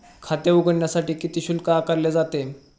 खाते उघडण्यासाठी किती शुल्क आकारले जाते?